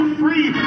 free